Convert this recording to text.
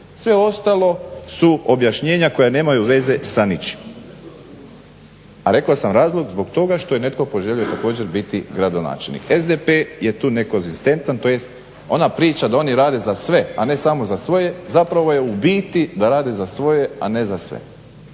sve ostalo su objašnjenja koja nemaju veze sa ničim. A rekao sam razlog, zbog toga što je neko poželio također biti gradonačelnik. SDP je tu nekonzistentan, tj. ona priča da oni rade za sve, a ne samo za svoje zapravo je u biti da rade za svoje a ne za sve.